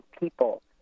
people